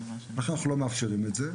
ובכלל אנחנו לא מאפשרים את זה.